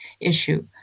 issue